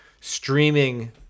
streaming